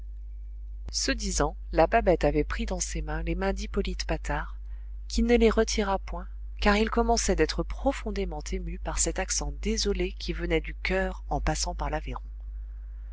ce disant la babette avait pris dans ses mains les mains d'hippolyte patard qui ne les retira point car il commençait d'être profondément ému par cet accent désolé qui venait du coeur en passant par l'aveyron